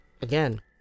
again